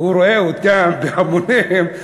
הוא רואה אותם בהמוניהם,